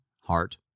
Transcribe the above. heart